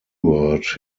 word